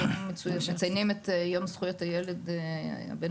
היום מציינים את יום זכויות הילד הבין-לאומי.